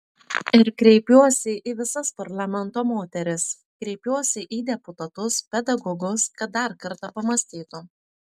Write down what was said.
ir kreipiuosi į visas parlamento moteris kreipiuosi į deputatus pedagogus kad dar kartą pamąstytų